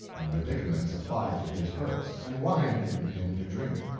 and medicaments applied to his hurts, and wine given him to drink.